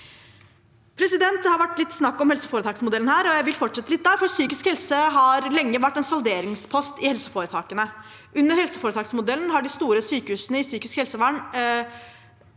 bak dette. Det har vært litt snakk om helseforetaksmodellen her, og jeg vil fortsette litt der, for psykisk helse har lenge vært en salderingspost i helseforetakene. Under helseforetaksmodellen har de store sykehusene innen psykisk helsevern